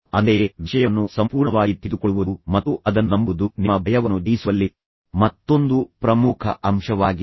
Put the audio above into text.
ಅಂತೆಯೇ ವಿಷಯವನ್ನು ಸಂಪೂರ್ಣವಾಗಿ ತಿಳಿದುಕೊಳ್ಳುವುದು ಮತ್ತು ಅದನ್ನು ನಂಬುವುದು ನಿಮ್ಮ ಭಯವನ್ನು ಜಯಿಸುವಲ್ಲಿ ಮತ್ತೊಂದು ಪ್ರಮುಖ ಅಂಶವಾಗಿದೆ